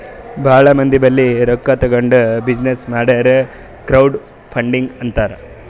ಭಾಳ ಮಂದಿ ಬಲ್ಲಿ ರೊಕ್ಕಾ ತಗೊಂಡ್ ಬಿಸಿನ್ನೆಸ್ ಮಾಡುರ್ ಕ್ರೌಡ್ ಫಂಡಿಂಗ್ ಅಂತಾರ್